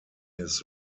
his